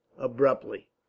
abruptly